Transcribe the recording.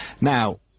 Now